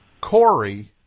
Corey